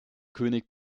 könig